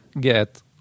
get